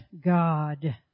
God